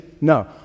No